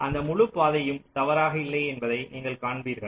அந்த முழுப்பாதையும் தவறாக இல்லை என்பதை நீங்கள் காண்பீர்கள்